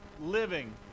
Living